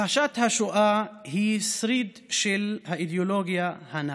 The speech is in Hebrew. הכחשת השואה היא שריד של האידיאולוגיה הנאצית.